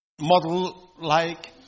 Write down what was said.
model-like